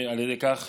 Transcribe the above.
ועל ידי כך